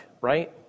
right